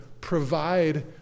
provide